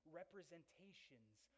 representations